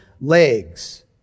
legs